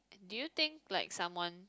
do you think like someone